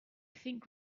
think